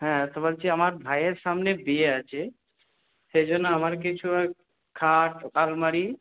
হ্যাঁ তা বলছি আমার ভাইয়ের সামনে বিয়ে আছে সেজন্য আমার কিছু খাট আলমারি